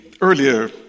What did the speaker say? earlier